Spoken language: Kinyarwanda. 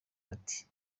bati